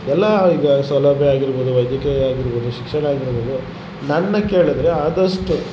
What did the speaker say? ಎಲ್ಲ ಈಗ ಸೌಲಭ್ಯ ಆಗಿರ್ಬೋದು ವೈದ್ಯಕೀಯ ಆಗಿರ್ಬೋದು ಶಿಕ್ಷಣ ಆಗಿರ್ಬೋದು ನನ್ನ ಕೇಳಿದ್ರೆ ಆದಷ್ಟು